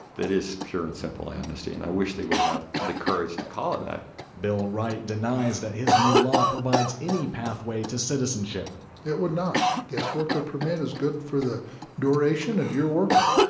is pure and simple amnesty. and i wish they would have the courage to call it that bill wright denies that his new law provides any pathway to citizenship it would not. guest-worker permit is good for the duration of your working.